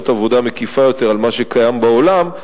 עבודה מקיפה יותר על מה שקיים בעולם.